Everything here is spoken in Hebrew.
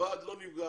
הוועד לא נפגע,